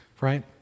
right